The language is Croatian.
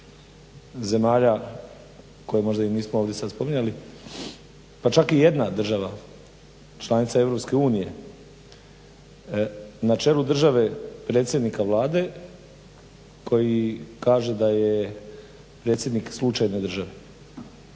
zemalja koje nismo možda ovdje spominjali pa čak i jedna država članica EU na čelu države predsjednika Vlade koji kaže da je predsjednik slučajne države?